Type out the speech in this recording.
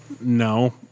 No